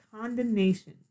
condemnation